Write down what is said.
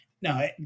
No